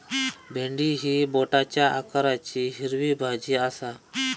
भेंडी ही बोटाच्या आकाराची हिरवी भाजी आसा